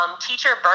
teacher